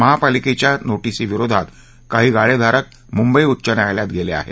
महापालिकेच्या नोटीस विरोधात काही गाळेधारक मुंबई उच्च न्यायालयात गेले आहेत